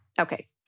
Okay